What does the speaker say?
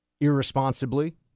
irresponsibly